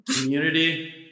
Community